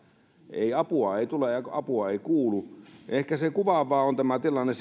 ei apua ei tule apua ei kuulu ehkä kuvaava tilanne